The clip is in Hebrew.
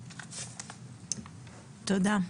תודה.